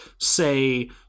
say